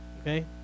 okay